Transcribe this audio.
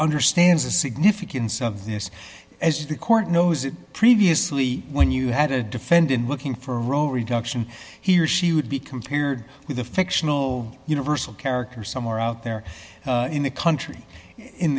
understands the significance of this as the court knows it previously when you had a defendant looking for a row reduction he or she would be compared with a fictional universal character somewhere out there in the country in